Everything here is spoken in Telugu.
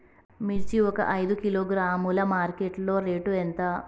మిర్చి ఒక ఐదు కిలోగ్రాముల మార్కెట్ లో రేటు ఎంత?